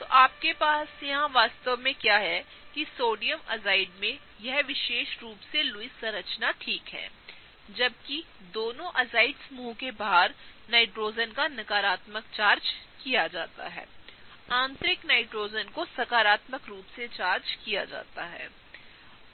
तो आपकेपासयहां वास्तव मेंक्याहै कि सोडियम एज़ाइड में यह विशेष रूप से लुईस संरचना ठीक हैजबकि दोनों एजाइड समूह के बाहर नाइट्रोजन का नकारात्मक चार्ज किया जाता हैआंतरिक नाइट्रोजनकोसकारात्मक रूप से चार्ज किया जाता है